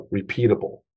repeatable